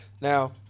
Now